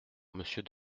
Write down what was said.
monsieur